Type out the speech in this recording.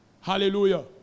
Hallelujah